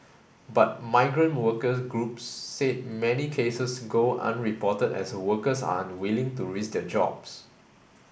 but migrant worker groups said many cases go unreported as workers are unwilling to risk their jobs